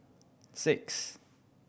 six